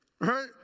right